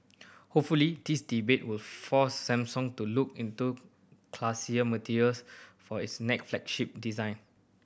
hopefully this debate will force Samsung to look into classier materials for its next flagship design